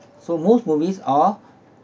so most movies are